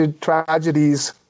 tragedies